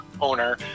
owner